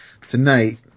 tonight